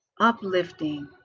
uplifting